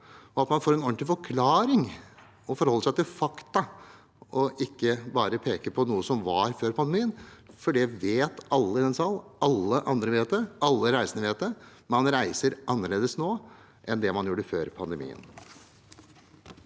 og at man får en ordentlig forklaring, at man forholder seg til fakta og ikke bare peker på noe som var før pandemien. Alle i denne salen, alle andre og alle reisende vet at man reiser annerledes nå enn man gjorde før pandemien.